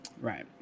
Right